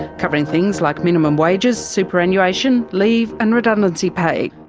covering things like minimum wages, superannuation, leave and redundancy pay.